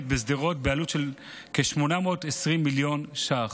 בשדרות בעלות של כ-820 מיליון שקלים,